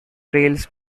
trails